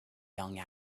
young